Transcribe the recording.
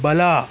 ಬಲ